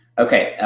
ok,